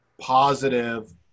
positive